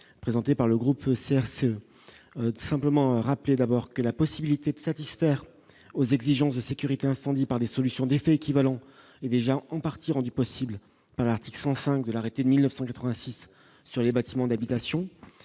présenté par le groupe SRC simplement rappeler d'abord. Que la possibilité de satisfaire aux exigences de sécurité incendie par des solutions d'effet équivalent est déjà en partie rendue possible par l'article 105 de l'arrêté de 1986 sur les bâtiments d'habitation,